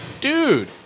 dude